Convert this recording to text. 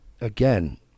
again